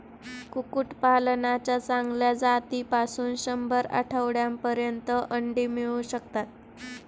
कुक्कुटपालनाच्या चांगल्या जातीपासून शंभर आठवड्यांपर्यंत अंडी मिळू शकतात